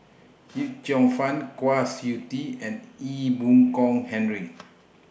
Yip Cheong Fun Kwa Siew Tee and Ee Boon Kong Henry